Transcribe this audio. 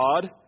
God